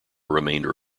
remainder